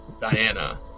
Diana